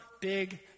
big